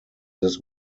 this